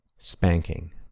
spanking